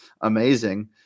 amazing